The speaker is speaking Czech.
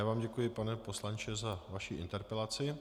A já vám děkuji, pane poslanče, za vaši interpelaci.